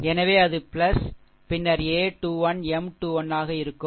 எனவே அது பின்னர் a2 1 M 2 1 ஆக இருக்கும்